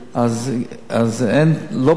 אז לא פנוי,